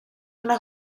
una